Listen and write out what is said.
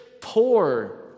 poor